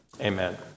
amen